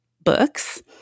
books